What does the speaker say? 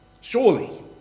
Surely